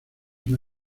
una